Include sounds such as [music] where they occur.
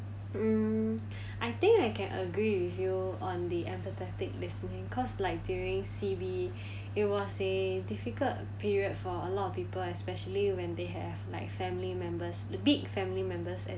mm [breath] I think I can agree with you on the empathetic listening cause like during C_B [breath] it was a difficult period for a lot of people especially when they have like family members the big family members and